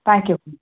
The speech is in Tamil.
தேங்க் யூ ம்